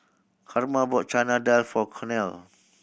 Karma bought Chana Dal for Cornel